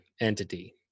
entity